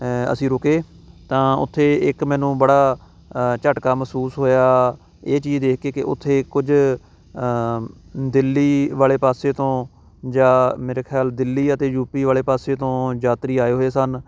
ਅਸੀਂ ਰੁਕੇ ਤਾਂ ਉੱਥੇ ਇੱਕ ਮੈਨੂੰ ਬੜਾ ਝਟਕਾ ਮਹਿਸੂਸ ਹੋਇਆ ਇਹ ਚੀਜ਼ ਦੇਖ ਕੇ ਕਿ ਉੱਥੇ ਕੁਝ ਦਿੱਲੀ ਵਾਲੇ ਪਾਸੇ ਤੋਂ ਜਾਂ ਮੇਰੇ ਖਿਆਲ ਦਿੱਲੀ ਅਤੇ ਯੂ ਪੀ ਵਾਲੇ ਪਾਸੇ ਤੋਂ ਯਾਤਰੀ ਆਏ ਹੋਏ ਸਨ